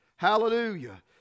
Hallelujah